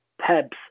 PEBS